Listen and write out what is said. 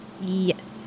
Yes